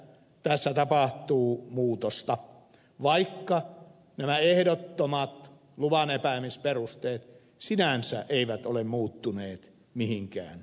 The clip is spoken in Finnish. tässä mielessä tässä tapahtuu muutosta vaikka nämä ehdottomat luvanepäämisperusteet sinänsä eivät ole muuttuneet mihinkään tässä laissa